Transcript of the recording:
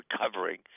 recovering